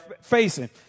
facing